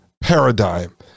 paradigm